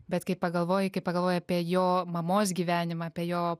bet kai pagalvoji kai pagalvoji apie jo mamos gyvenimą apie jo